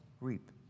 reap